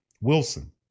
Wilson